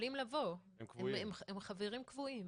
הם יכולים לבוא, הם חברים קבועים.